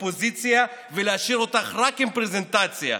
הפוזיציה ולהשאיר אותך רק עם פרזנטציה,